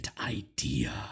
idea